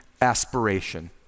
aspiration